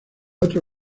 otro